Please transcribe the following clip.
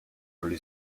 early